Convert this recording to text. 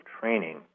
training